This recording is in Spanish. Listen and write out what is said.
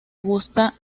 gusta